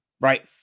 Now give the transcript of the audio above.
right